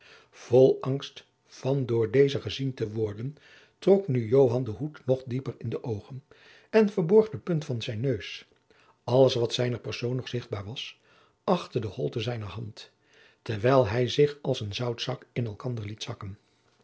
vol angst van door dezen gezien te worden trok nu joan den hoed nog dieper in de oogen en verborg de punt van zijn neus alles wat er van zijne persoon nog zichtbaar was achter de holte zijner hand terwijl hij zich als een zoutzak in elkander liet zakken